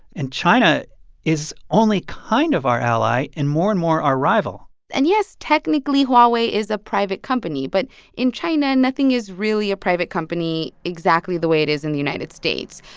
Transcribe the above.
and china is only kind of our ally and, more and more, our rival and, yes, technically, huawei is a private company. but in china, nothing is really a private company exactly the way it is in the united states.